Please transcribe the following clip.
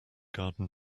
garden